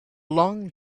long